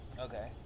Okay